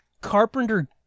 Carpenter